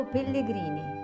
Pellegrini